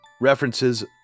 references